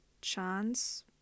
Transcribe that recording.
chance